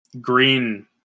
green